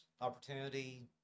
opportunity